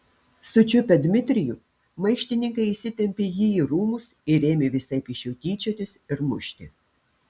sučiupę dmitrijų maištininkai įsitempė jį į rūmus ir ėmė visaip iš jo tyčiotis ir mušti